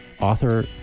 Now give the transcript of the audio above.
author